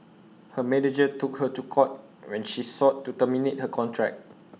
her manager took her to court when she sought to terminate her contract